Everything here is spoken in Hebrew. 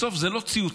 בסוף זה לא ציוצים,